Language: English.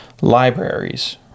libraries